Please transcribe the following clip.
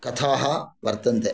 कथाः वर्तन्ते